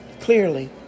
clearly